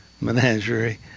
menagerie